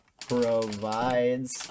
provides